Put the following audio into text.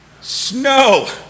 Snow